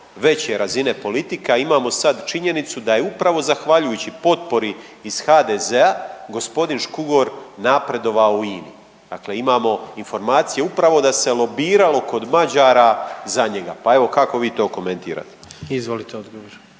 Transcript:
veće razine politika. A imamo sad činjenicu da je upravo zahvaljujući potpori iz HDZ-a gospodin Škugor napredovao u INA-i. Dakle, imamo informacije upravo da se lobiralo kod Mađara za njega. Pa evo kako vi to komentirate? **Jandroković,